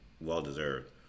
well-deserved